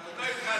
אתה עוד לא התחלת.